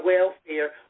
Welfare